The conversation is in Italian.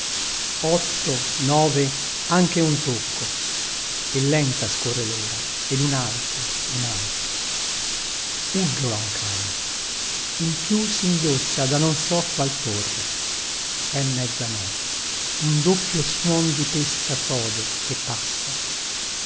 otto nove anche un tocco e lenta scorre lora ed un altro un altro uggiola un cane un chiù singhiozza da non so qual torre è mezzanotte un doppio suon di pesta sode che passa